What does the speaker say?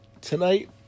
Tonight